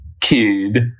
kid